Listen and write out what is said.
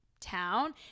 town